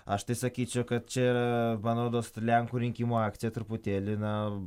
aš tai sakyčiau kad čia yra man rodos lenkų rinkimų akcija truputėlį na